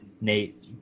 Nate